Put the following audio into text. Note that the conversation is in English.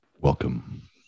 Welcome